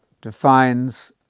defines